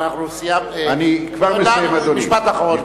משפט אחרון.